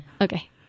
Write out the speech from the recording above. Okay